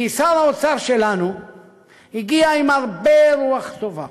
שר האוצר שלנו הגיע עם הרבה רוח טובה